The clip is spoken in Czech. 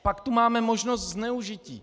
Pak tu máme možnost zneužití.